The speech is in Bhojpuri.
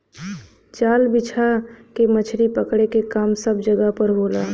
जाल बिछा के मछरी पकड़े क काम सब जगह पर होला